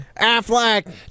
Affleck